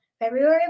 February